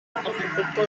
arquitecto